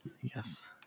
Yes